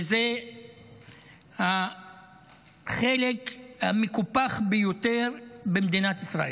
וזה החלק המקופח ביותר במדינת ישראל,